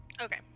Okay